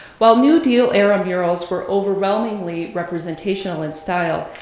while new deal era murals were overwhelmingly representational in style,